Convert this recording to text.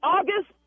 August